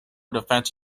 defense